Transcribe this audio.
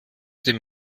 dem